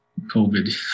COVID